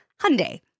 Hyundai